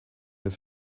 des